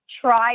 try